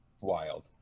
Wild